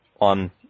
on